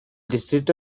distrito